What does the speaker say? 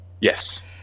Yes